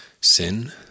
sin